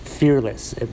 Fearless